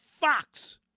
fox